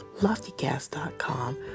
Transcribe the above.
LoftyCast.com